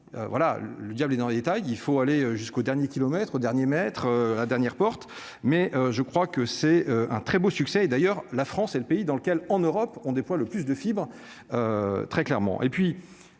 voilà, le diable est dans les détails, il faut aller jusqu'au dernier kilomètre au dernier maître ah dernière porte mais je crois que c'est un très beau succès d'ailleurs, la France est le pays dans lequel, en Europe on déploie le plus de fibres, très clairement,